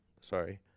sorry